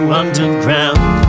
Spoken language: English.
underground